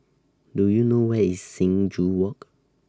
Do YOU know Where IS Sing Joo Walk